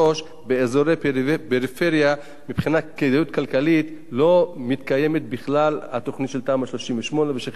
באזורי פריפריה לא מתקיימת בכלל כדאיות כלכלית בתמ"א 38 לחיזוק מבנים.